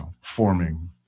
forming